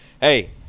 hey